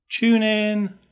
TuneIn